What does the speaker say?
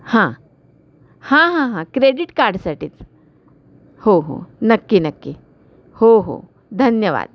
हां हां हां हां क्रेडिट कार्डसाठीच हो हो नक्की नक्की हो हो धन्यवाद